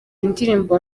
indirimbo